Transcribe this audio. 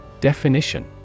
Definition